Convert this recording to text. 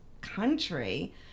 country